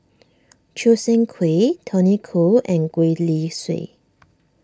Choo Seng Quee Tony Khoo and Gwee Li Sui